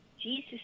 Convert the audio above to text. Jesus